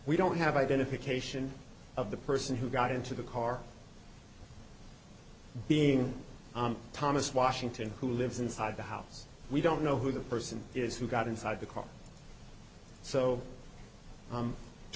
we don't have identification of the person who got into the car being thomas washington who lives inside the house we don't know who the person is who got inside the car so